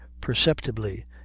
perceptibly